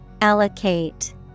Allocate